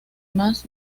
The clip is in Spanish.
más